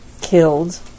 killed